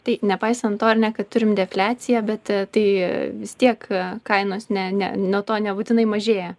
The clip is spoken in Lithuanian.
tai nepaisant to ar ne kad turim defliaciją bet tai vis tiek kainos ne ne nuo to nebūtinai mažėja